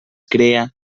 crea